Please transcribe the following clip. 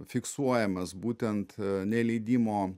fiksuojamas būtent neleidimo